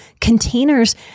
containers